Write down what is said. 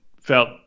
felt